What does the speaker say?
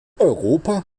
europa